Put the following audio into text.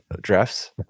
drafts